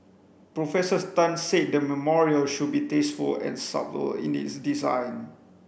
Professors Tan said the memorial should be tasteful and subtle in its design